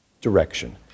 direction